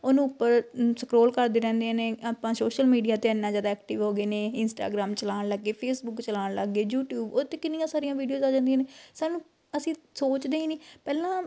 ਉਹਨੂੰ ਉੱਪਰ ਸਕਰੋਲ ਕਰਦੇ ਰਹਿੰਦੇ ਨੇ ਆਪਾਂ ਸੋਸ਼ਲ ਮੀਡੀਆ 'ਤੇ ਇੰਨਾ ਜ਼ਿਆਦਾ ਐਕਟਿਵ ਹੋ ਗਏ ਨੇ ਇੰਸਟਗ੍ਰਾਮ ਚਲਾਉਣ ਲੱਗ ਗਏ ਫੇਸਬੁੱਕ ਚਲਾਉਣ ਲੱਗ ਗਏ ਯੂਟਿਊਬ ਉਹ 'ਤੇ ਕਿੰਨੀਆਂ ਸਾਰੀਆਂ ਵੀਡੀਓਜ ਆ ਜਾਂਦੀਆਂ ਨੇ ਸਾਨੂੰ ਅਸੀਂ ਸੋਚਦੇ ਹੀ ਨਹੀਂ ਪਹਿਲਾਂ